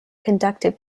conducive